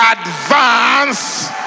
advance